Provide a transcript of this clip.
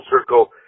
circle